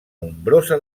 nombrosa